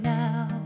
now